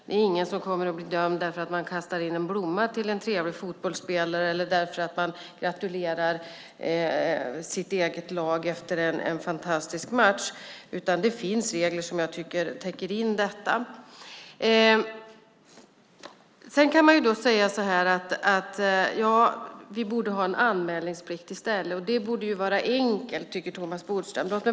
Det är ingen som kommer att bli dömd för att man kastar in en blomma till en trevlig fotbollsspelare eller för att man gratulerar sitt eget lag efter en fantastisk match. Det finns regler som jag tycker täcker in detta. Sedan kan man säga: Vi borde ha en anmälningsplikt i stället. Det borde vara enkelt, tycker Thomas Bodström.